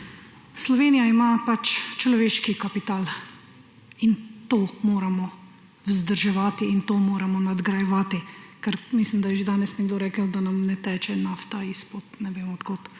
Slovenija ima človeški kapital, in to moramo vzdrževati in to moramo nadgrajevati, ker mislim, da je že danes nekdo rekel, da nam ne teče nafta izpod ne vem kod.